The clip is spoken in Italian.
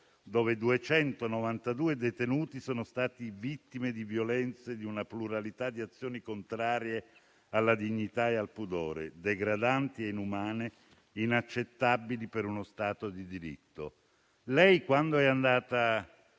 dove 292 detenuti sono stati vittime di violenze, di una pluralità di azioni contrarie alla dignità e al pudore, degradanti e inumane, inaccettabili per uno Stato di diritto. Quando lei è andata